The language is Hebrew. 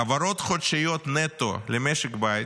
העברות חודשיות נטו למשק בית,